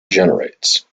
generates